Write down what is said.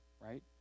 right